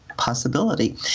possibility